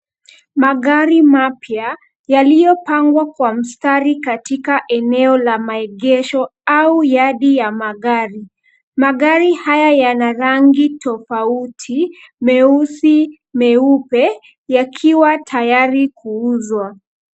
Magari mapya yaliyopangwa kwa mstari katika eneo la maegesho au yadi ya magari. Magari haya yana rangi tofauti, meusi, meupe, yakiwa tayari kuuzwa.